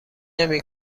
نمی